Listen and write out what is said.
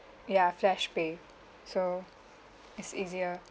ya flashpay so it's easier